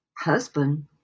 husband